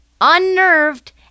unnerved